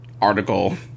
article